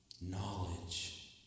knowledge